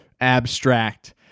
abstract